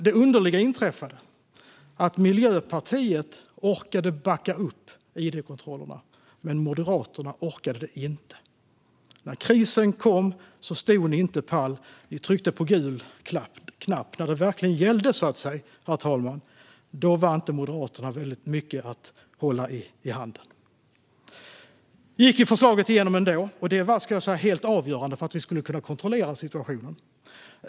Det underliga inträffade att Miljöpartiet orkade backa upp id-kontrollerna, men Moderaterna orkade inte. När krisen kom stod ni inte pall. Ni tryckte på gul knapp. När det verkligen gällde, herr talman, var inte Moderaterna mycket att hålla i hand. Förslaget gick igenom ändå, och det var helt avgörande för att vi skulle kunna kontrollera situationen.